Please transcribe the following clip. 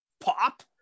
pop